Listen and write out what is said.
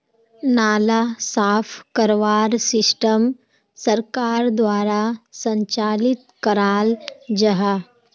नाला साफ करवार सिस्टम सरकार द्वारा संचालित कराल जहा?